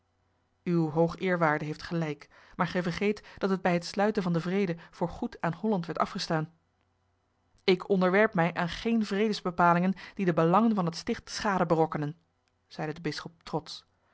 uw hoogeerwaarde heeft gelijk maar gij vergeet dat het bij het sluiten van den vrede voor goed aan holland werd afgestaan ik onderwerp mij aan geene vredesbepalingen die den belangen van het sticht schade berokkenen zeide de bisschop trotsch